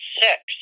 six